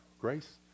Grace